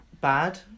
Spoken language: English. bad